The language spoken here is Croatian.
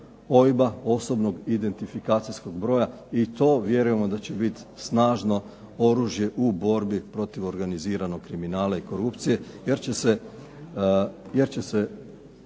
OIB-a, osobnog identifikacijskog broja, i to vjerujemo da će biti snažno oružje u borbi protiv organiziranog kriminala i korupcije, jer će se